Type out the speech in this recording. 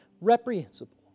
Reprehensible